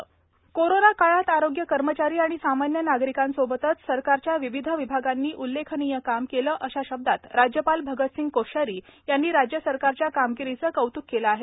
राज्यपाल कोरोना काळात आरोग्य कर्मचारी आणि सामान्य नागरिकांसोबतच सरकारच्या विविध विभागांनी उल्लेखनीय काम केलं अशा शब्दात राज्यपाल भगतसिंह कोश्यारी यांनी राज्य सरकारच्या कामगिरीचं कौतुक केलं आहे